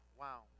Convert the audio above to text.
wow